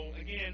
again